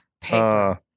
Paper